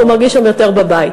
כי הוא מרגיש שם יותר בבית.